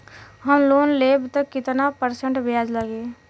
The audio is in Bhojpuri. हम लोन लेब त कितना परसेंट ब्याज लागी?